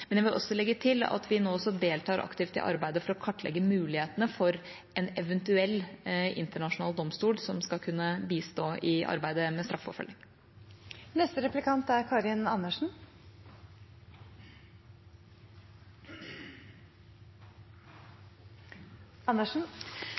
men jeg vil legge til at vi nå også deltar aktivt i arbeidet for å kartlegge mulighetene for en eventuell internasjonal domstol som skal kunne bistå i arbeidet med